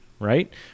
right